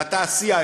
לתעשייה,